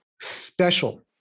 special